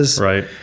Right